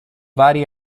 vari